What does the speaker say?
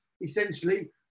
essentially